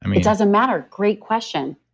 um it doesn't matter. great question.